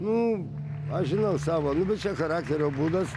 nu aš žinau savo charakterio būdas